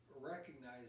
recognize